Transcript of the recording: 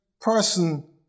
person